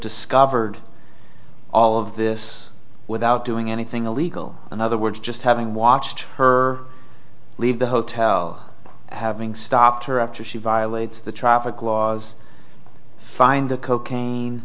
discovered all of this without doing anything illegal in other words just having watched her leave the hotel having stopped her after she violates the traffic laws find the cocaine